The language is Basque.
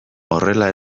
horrela